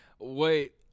Wait